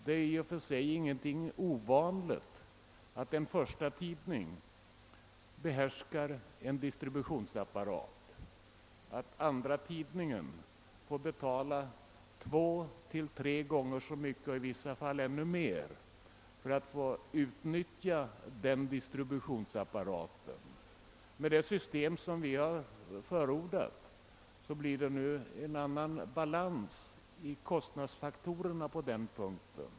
Det är i och för sig inte ovanligt att en förstatidning behärskar en distributionsapparat och att andratidningen får betala två eller tre gånger så mycket och i vissa fall ännu mer för att få utnyttja denna distributionsapparat. Med det system som vi har förordat blir det nu en bättre balans i kostnadsfaktorerna på den punkten.